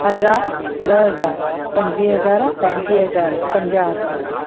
हज़ारु ॾह हज़ार पंजुवीह हज़ार पंटीह हज़ार पंजाहु हज़ार